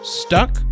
stuck